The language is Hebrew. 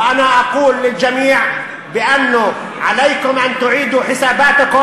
ואני אומר לכולם: עליכם לשקול שיקולים חדשים.